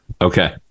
Okay